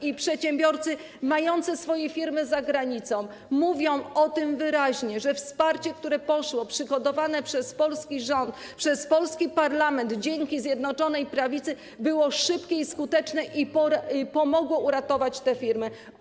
I przedsiębiorcy mający swoje firmy za granicą mówią o tym wyraźnie, że wsparcie, które poszło, przygotowane przez polski rząd, przez polski parlament, dzięki Zjednoczonej Prawicy było szybkie i skuteczne i pomogło uratować te firmy.